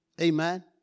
amen